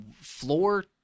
floor